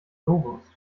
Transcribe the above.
globus